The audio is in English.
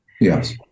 Yes